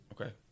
Okay